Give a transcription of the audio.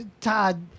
Todd